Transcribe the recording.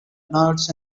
nerds